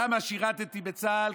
כמה שירתי בצה"ל,